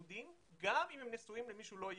כיהודים גם אם הם נשואים למי שהוא לא יהודי.